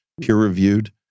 peer-reviewed